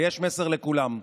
ויש מסר לכולם: